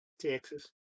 Texas